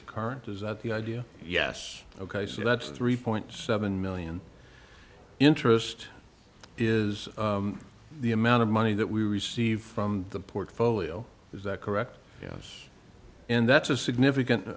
current is that the idea yes ok so that's three point seven million interest is the amount of money that we receive from the portfolio is that correct yes and that's a significant